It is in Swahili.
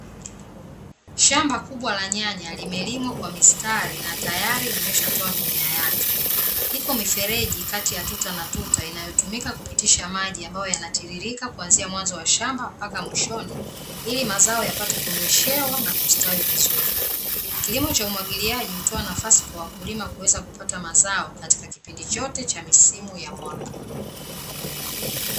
Shamba kubwa la nyanya limelimwa kwa mistari na tayari limeshatoa mimea yake, iko mifereji kati ya tuta na tuta inayotumika kupitisha maji ambayo yanatiririka kwanzia mwanzo wa shamba mpaka mwishoni ili mazao yapate kunyeshewa na kustawi vizuri. Kilimo cha umwagiliaji hutoa nafasi kwa wakulima kuweza kupata mazao katika kipindi chote cha misimu ya mwaka.